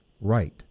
right